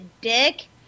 dick